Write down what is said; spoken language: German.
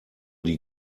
die